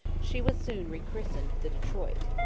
she was soon rechristened the detroit.